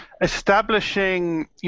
establishing